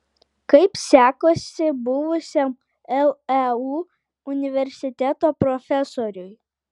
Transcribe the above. kaip sekasi buvusiam leu universiteto profesoriui